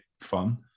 fun